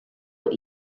what